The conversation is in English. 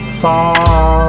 far